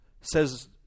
says